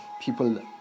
people